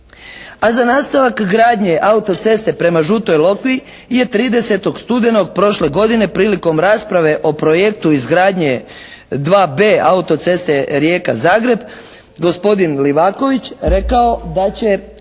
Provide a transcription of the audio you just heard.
A za nastavak gradnje autoceste prema Žutoj Lokvi je 30. studenog prošle godine prilikom rasprave o projektu izgradnje 2B autoceste Rijeka-Zagreb gospodin Livaković rekao da će